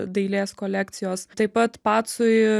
dailės kolekcijos taip pat pacui